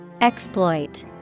Exploit